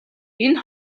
энэ